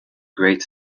great